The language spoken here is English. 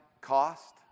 cost